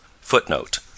Footnote